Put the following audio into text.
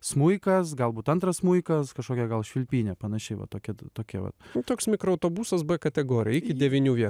smuikas galbūt antras smuikas kažkokia gal švilpynė panašiai va tokie tokie vat toks mikroautobusas b kategorija iki devynių vie